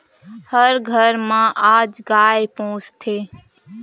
हर घर म आज गाय पोसथे